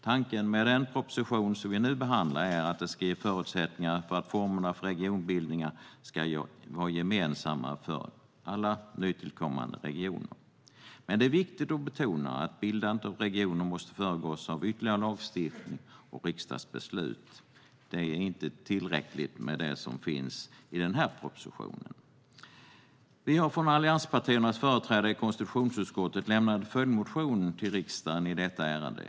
Tanken med den proposition som vi nu behandlar är att den ska ge förutsättningar för att formerna för regionbildningar ska vara gemensamma för alla nytillkommande regioner. Men det är viktigt att betona att bildandet av regioner måste föregås av ytterligare lagstiftning och riksdagsbeslut. Det är inte tillräckligt med det som finns i den här propositionen. Allianspartiernas företrädare i konstitutionsutskottet har lämnat en följdmotion till riksdagen i detta ärende.